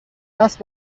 است